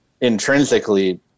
intrinsically